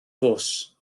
fws